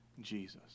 Jesus